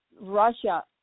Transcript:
Russia